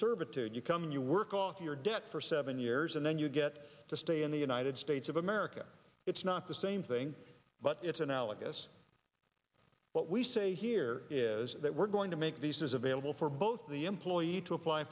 servitude you come in you work off your debt for seven years and then you get to stay in the united states of america it's not the same thing but it's analogous what we say here is that we're going to make these is available for both the employee to apply